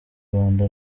rwanda